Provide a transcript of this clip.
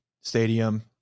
stadium